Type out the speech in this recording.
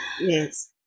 Yes